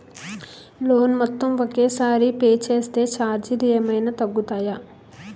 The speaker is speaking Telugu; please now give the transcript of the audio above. లోన్ మొత్తం ఒకే సారి పే చేస్తే ఛార్జీలు ఏమైనా తగ్గుతాయా?